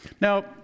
Now